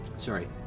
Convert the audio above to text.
Sorry